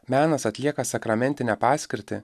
menas atlieka sakramentinę paskirtį